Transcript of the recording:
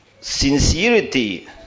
sincerity